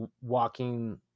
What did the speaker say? walking